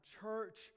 church